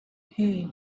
hey